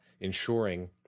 ensuring